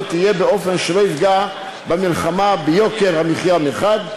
תהיה באופן שלא יפגע במלחמה ביוקר המחיה מחד,